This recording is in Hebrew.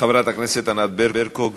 ענת ברקו.